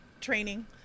training